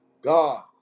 God